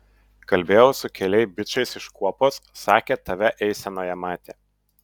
kalbėjau su keliai bičais iš kuopos sakė tave eisenoje matė